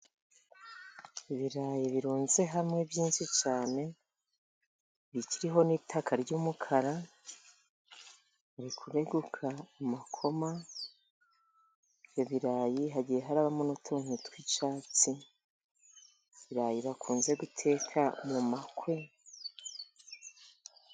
Ibirayi birunze hamwe byinshi cyane bikiriho n'itaka ry'umukara. Biri kureguka mu makoma. Ibirayi hagiye harabamo utuntu tw'icyatsi. Ibirayi bakunda guteka mu bukwe.